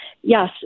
yes